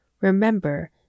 Remember